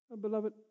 Beloved